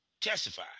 testify